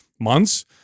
months